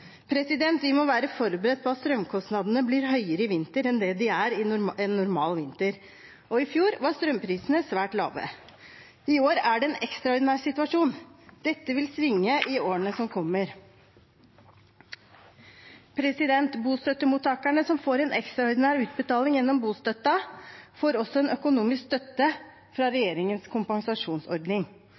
Vi må være forberedt på at strømkostnadene blir høyere i vinter enn det de er i en normal vinter. I fjor var strømprisene svært lave. I år er det en ekstraordinær situasjon. Dette vil svinge i årene som kommer. Bostøttemottakerne som får en ekstraordinær utbetaling gjennom bostøtten, får også en økonomisk støtte fra regjeringens kompensasjonsordning.